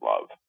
love